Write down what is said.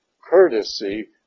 courtesy